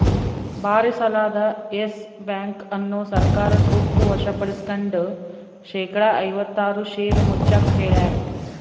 ಭಾರಿಸಾಲದ Yes Bank ಅನ್ನು ಸರ್ಕಾರ ತುರ್ತ ವಶಪಡಿಸ್ಕೆಂಡು ಶೇಕಡಾ ಐವತ್ತಾರು ಷೇರು ಮುಚ್ಚಾಕ ಹೇಳ್ಯಾರ